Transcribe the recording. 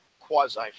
quasi